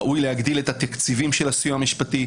ראוי להגדיל את התקציבים של הסיוע המשפטי.